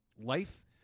life